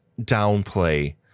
downplay